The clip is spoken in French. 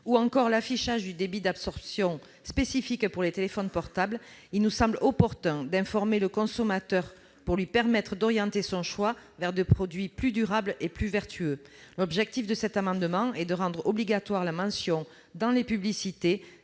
ou encore l'affichage du débit d'absorption spécifique pour les téléphones portables, il nous semble opportun d'informer le consommateur pour lui permettre d'orienter son choix vers des produits plus durables et plus vertueux. Nous voulons, avec cet amendement, rendre obligatoire dans les publicités